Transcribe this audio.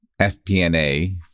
FPNA